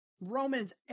Romans